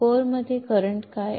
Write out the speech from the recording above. कोरमध्ये करंट काय आहे